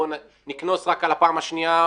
בואו נקנוס רק על הפעם השנייה,